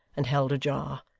and held ajar.